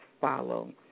follow